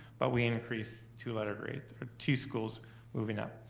but we increased to a letter grade, two schools moving up.